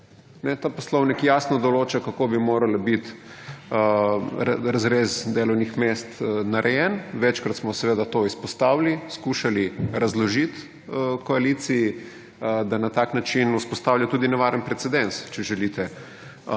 Ta poslovnik jasno določa, kako bi moral biti razrez delovnih mest narejen. Večkrat smo seveda to izpostavili, skušali razložiti koaliciji, da na tak način vzpostavlja tudi nevaren precedens, če želite,